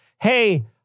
hey